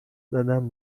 زدن